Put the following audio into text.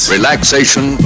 Relaxation